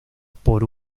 por